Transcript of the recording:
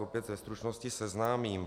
Opět vás ve stručnosti seznámím.